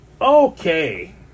Okay